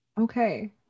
Okay